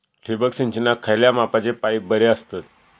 ठिबक सिंचनाक खयल्या मापाचे पाईप बरे असतत?